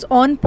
on